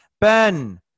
Ben